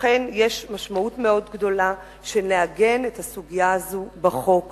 לכן יש משמעות מאוד גדולה לעיגון הסוגיה הזו בחוק.